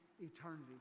eternity